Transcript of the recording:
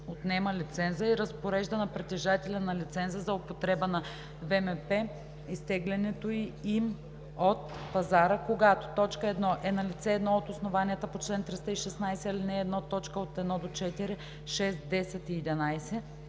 отнема лиценза, и разпорежда на притежателя на лиценза за употреба на ВМП изтеглянето ѝ/им от пазара, когато: 1. е налице едно от основанията по чл. 316, ал. 1, т. 1 – 4, 6, 10 и 11;